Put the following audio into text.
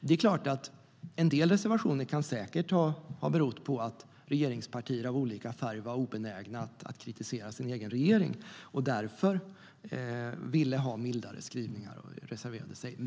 Det är klart att en del reservationer säkert kan ha berott på att regeringspartier av olika färg var obenägna att kritisera sin egen regering och därför ville ha mildare skrivningar och reserverade sig.